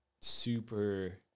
super